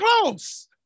close